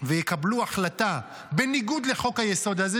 ויקבלו החלטה בניגוד לחוק-היסוד הזה,